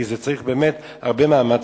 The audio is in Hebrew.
כי צריך באמת הרבה מאמץ,